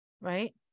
right